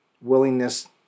willingness